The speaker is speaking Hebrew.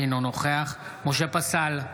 אינו נוכח משה פסל,